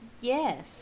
Yes